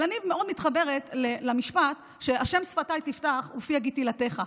אבל אני מאוד מתחברת למשפט: "ה' שפתי תפתח ופי יגיד תהלתך",